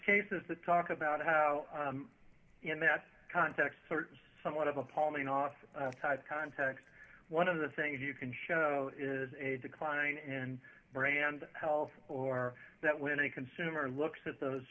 cases to talk about how in that context someone of appalling off type contacts one of the things you can show is a decline and brand health or that when a consumer looks at those